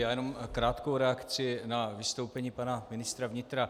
Já jenom krátkou reakci na vystoupení pana ministra vnitra.